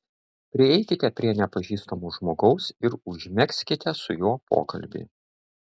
prieikite prie nepažįstamo žmogaus ir užmegzkite su juo pokalbį